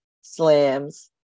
slams